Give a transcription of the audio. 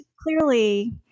clearly